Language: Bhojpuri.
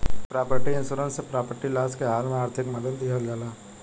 प्रॉपर्टी इंश्योरेंस से प्रॉपर्टी लॉस के हाल में आर्थिक मदद लीहल जाला